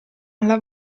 alla